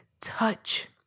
touch